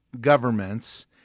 governments